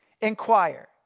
inquire